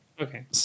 okay